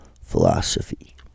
philosophy